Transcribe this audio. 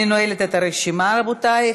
אני נועלת את הרשימה, רבותי.